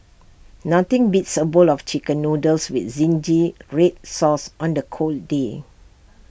nothing beats A bowl of Chicken Noodles with Zingy Red Sauce on A cold day